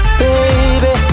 baby